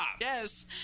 Yes